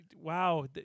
wow